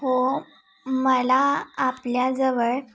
हो मला आपल्याजवळ